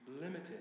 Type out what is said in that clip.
limited